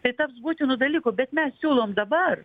tai taps būtinu dalyku bet mes siūlom dabar